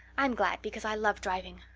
i'm glad because i love driving.